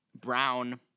Brown